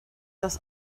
das